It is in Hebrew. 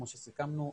כמו שסיכמנו,